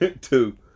Two